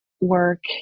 work